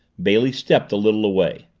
bailey stepped a little away.